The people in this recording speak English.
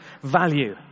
value